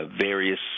various